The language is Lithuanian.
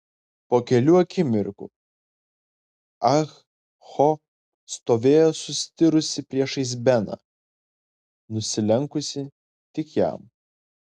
po kelių akimirkų ah ho stovėjo sustirusi priešais beną nusilenkusi tik jam